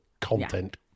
content